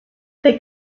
they